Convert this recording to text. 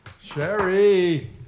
Sherry